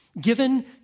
given